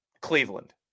Cleveland